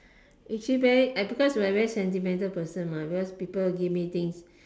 actually very I because I'm very sentimental person because people give me thing